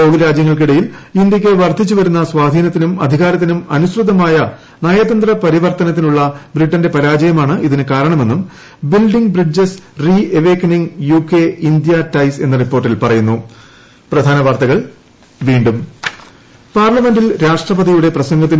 ലോകരാജ്യങ്ങൾക്കിടയിൽ ഇന്ത്യയ്ക്ക് വർദ്ധിച്ചുവരുന്ന സ്വാധീനത്തിനും അധികാരത്തിനും അനുസൃതമായ നയതന്ത്രപരിവർത്തനത്തിലുള്ള ബ്രിട്ടന്റെ പരാജയമാണ് ഇതിന് കാരണമെന്നും ബിൽഡിംഗ് ബ്രിഡ്ജസ് ് reawakening U K India ties എന്ന റിപ്പോർട്ടിൽ പ്പെയ്യുന്നു